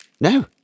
No